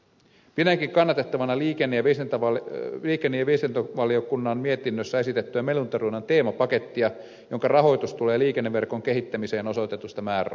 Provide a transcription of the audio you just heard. pidänkin kannatettavana liikenne ja viestintävaliokunnan mietinnössä esitettyä meluntorjunnan teemapakettia jonka rahoitus tulee liikenneverkon kehittämiseen osoitetusta määrärahasta